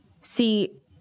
See